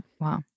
Wow